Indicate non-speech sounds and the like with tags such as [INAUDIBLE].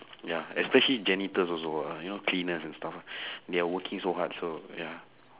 ya especially janitors also ah you know cleaners and stuff [BREATH] they are working so hard so ya